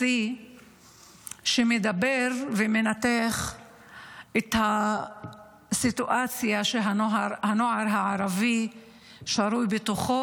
שמדבר ומנתח את הסיטואציה שהנוער הערבי שרוי בו,